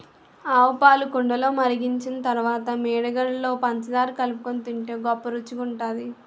ఆవుపాలు కుండలో మరిగించిన తరువాత మీగడలో పంచదార కలుపుకొని తింటే గొప్ప రుచిగుంటది